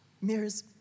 mirror's